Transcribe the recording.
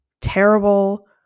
terrible